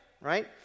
Right